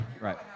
Right